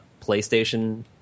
PlayStation